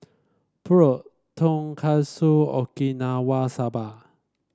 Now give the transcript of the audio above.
Pho Tonkatsu Okinawa Saba